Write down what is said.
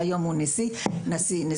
שהיום הוא נשיא המדינה.